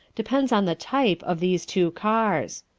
depends on the type of these two cars.